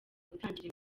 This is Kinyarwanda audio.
gutangira